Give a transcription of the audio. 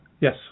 Yes